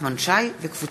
חסון ועליזה לביא,